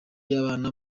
y’abana